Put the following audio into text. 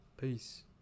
Peace